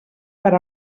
per